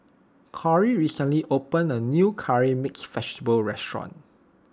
Corey recently opened a new Curry Mixed Vegetable restaurant